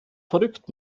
verrückt